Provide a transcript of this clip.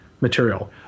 material